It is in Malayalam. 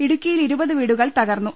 ഇടുക്കിയിൽ ഇരുപതു വീടുകൾ തകർന്നു